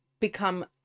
become